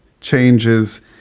changes